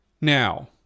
Now